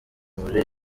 muri